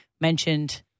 mentioned